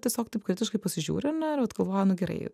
tiesiog taip kritiškai pasižiūri ar ne ir vat galvoja nu gerai